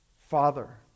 Father